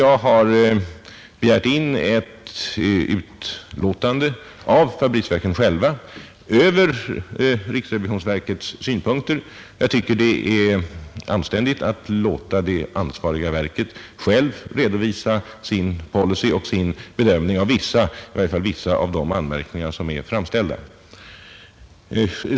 Jag har begärt in ett utlåtande av fabriksverken själva över riksrevisionsverkets synpunkter, eftersom jag tycker det är anständigt att låta det ansvariga verket självt redovisa sin policy och sin bedömning av i varje fall vissa av de anmärkningar som är framställda.